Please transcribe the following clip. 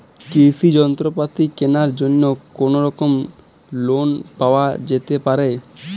কৃষিযন্ত্রপাতি কেনার জন্য কোনোরকম লোন পাওয়া যেতে পারে?